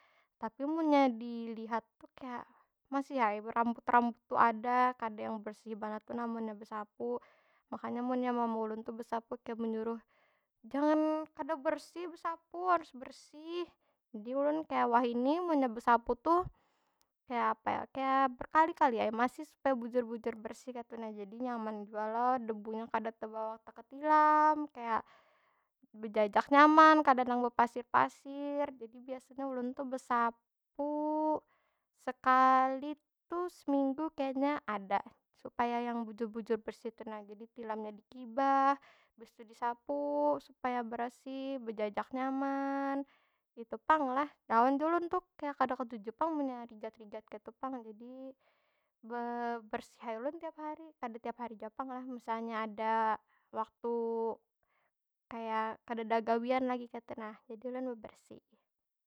Tapi munnya dilihat tu kaya, masih ai rambut- rambut tu ada. Kada yang bersih banar tu nah munnya besapu. Makanya munnya mama ulun tu besapu, kaya menyuruh jangan kada bersih besapu. Harus bersih! Jadi ulun kaya, wahini munnya besapu tuh, kaya apa yo lah? Kaya berkali- kali ai masih, supaya bujur- bujur bersih kaytu nah. Jadi nyaman jua lo, debunya kada tebawa ke tilam. Kaya, dijajak nyaman, kada nang bepasir- pasir. Jadi biasanya ulun tu besapu, sekali tuh seminggu kayanya ada. Supaya yang bujur- bujur bersih tu nah. Jadi tilamnya dikibah, habis tu disapu. Supaya bersih, bejajak nyaman, itu pang lah. Lawan jua ulun tuh, kaya kada ketuju pang munnya rigat- rigat kaytu pang. Jadi, be- bersih ai ulun tiap hari. Kada tiap hari jua pang lah, misalnya ada waktu kaya kadeda gawian lagi kaytu nah. Jadi ulun bebersih.